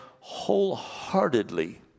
wholeheartedly